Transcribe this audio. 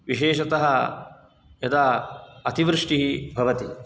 विशेषतः यदा अतिवृष्टिः भवति